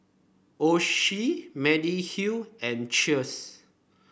Oishi Mediheal and Cheers